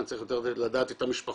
אני צריך לדעת את המשפחות,